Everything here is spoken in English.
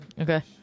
Okay